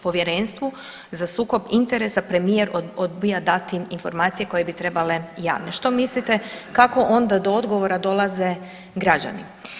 Povjerenstvu za sukob interesa premijer odbija dati informacije koje bi trebale javne, što mislite kako onda do odgovora dolaze građani?